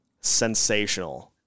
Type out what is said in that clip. Sensational